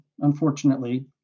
unfortunately